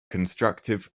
constructive